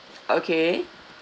okay